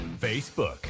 Facebook